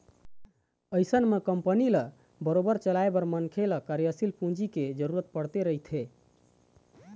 अइसन म कंपनी ल बरोबर चलाए बर मनखे ल कार्यसील पूंजी के जरुरत पड़ते रहिथे